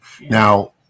Now